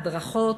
הדרכות,